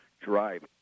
drive